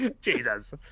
jesus